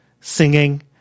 singing